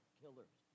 killers